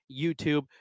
YouTube